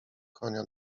konia